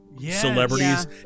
celebrities